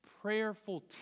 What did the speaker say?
prayerful